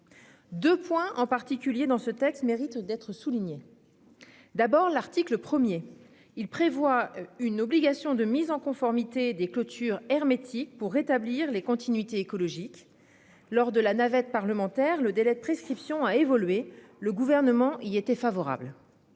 De points en particulier dans ce texte mérite d'être souligné. D'abord l'article 1er, il prévoit une obligation de mise en conformité des clôtures hermétique pour rétablir les continuités écologiques lors de la navette parlementaire. Le délai de prescription a évolué le gouvernement il y était favorable.